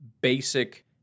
basic